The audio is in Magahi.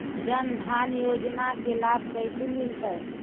जन धान योजना के लाभ कैसे मिलतै?